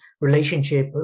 Relationship